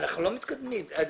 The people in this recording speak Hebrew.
בסדר.